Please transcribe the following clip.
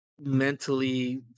mentally